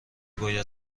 باید